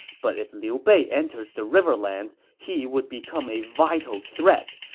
but if liu bei enters the riverlands, he would become a vital threat.